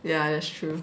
yeah that's true